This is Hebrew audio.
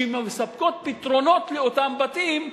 שמספקות פתרונות לאותם בתים.